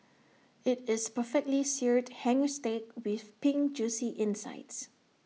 IT is perfectly Seared Hanger Steak with pink Juicy insides